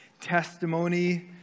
testimony